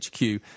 HQ